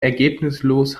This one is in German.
ergebnislos